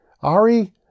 Ari